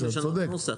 הוא שואל.